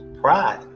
pride